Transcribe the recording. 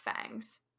fangs